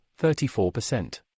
34%